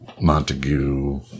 Montague